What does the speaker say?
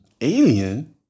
alien